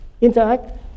interact